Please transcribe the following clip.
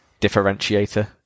differentiator